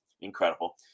Incredible